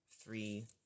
three